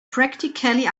practically